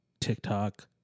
TikTok